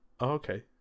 okay